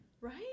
Right